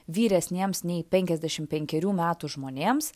vyresniems nei penkiasdešim penkerių metų žmonėms